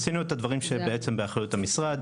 עשינו את הדברים שהם באחריות המשרד